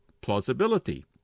plausibility